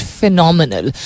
phenomenal